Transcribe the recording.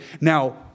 Now